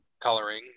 coloring